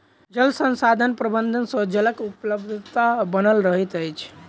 जल संसाधन प्रबंधन सँ जलक उपलब्धता बनल रहैत अछि